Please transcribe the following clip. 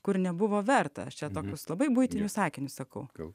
kur nebuvo verta aš čia tokius labai buitinius sakinius sakau